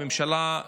הממשלה,